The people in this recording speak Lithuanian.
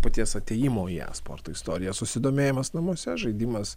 paties atėjimo į esporto istoriją susidomėjimas namuose žaidimas